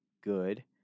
good